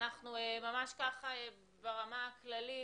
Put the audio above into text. ממש ברמה הכללית,